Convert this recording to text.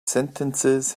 sentences